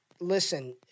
listen